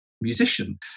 musician